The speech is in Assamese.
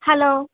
হেল্ল'